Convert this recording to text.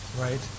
right